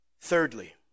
thirdly